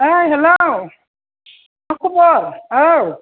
ओइ हेलौ मा खबर औ